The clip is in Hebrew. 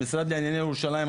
המשרד לענייני ירושלים,